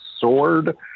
sword